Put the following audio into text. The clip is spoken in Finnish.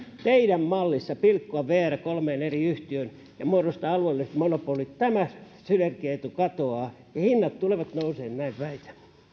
teidän mallissanne että pilkotaan vr kolmeen eri yhtiöön ja muodostetaan alueelliset monopolit tämä synergiaetu katoaa ja hinnat tulevat nousemaan näin väitän